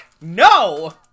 No